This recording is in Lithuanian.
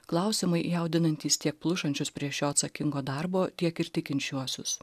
klausimai jaudinantys tiek plušančius prie šio atsakingo darbo tiek ir tikinčiuosius